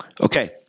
Okay